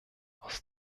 aus